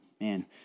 man